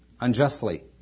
unjustly